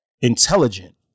intelligent